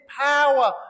power